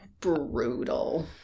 Brutal